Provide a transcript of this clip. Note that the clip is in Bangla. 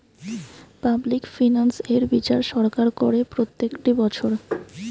পাবলিক ফিনান্স এর বিচার সরকার করে প্রত্যেকটি বছর